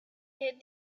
hid